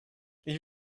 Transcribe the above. ich